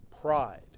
pride